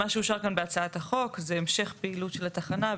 מה שאושר כאן בהצעת החוק זה המשך פעילות של התחנה,